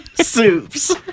soups